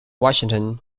washington